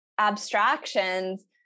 abstractions